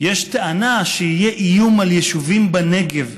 "יש טענה שיהיה איום על יישובים בנגב,